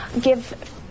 give